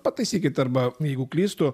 pataisykit arba jeigu klystu